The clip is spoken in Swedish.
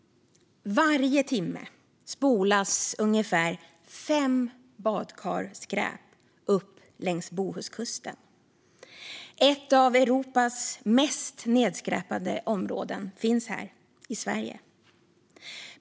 Varje timme spolas ungefär fem badkar skräp upp längs Bohuskusten. Ett av Europas mest nedskräpade områden finns här, i Sverige.